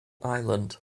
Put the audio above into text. island